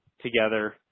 together